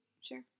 Sure